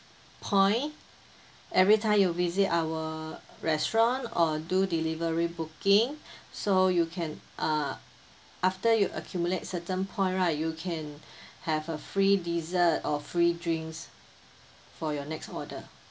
point every time you visit our restaurant or do delivery booking so you can uh after you accumulate certain point right you can have a free dessert or free drinks for your next order